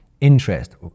interest